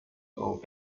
auf